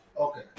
Okay